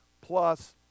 plus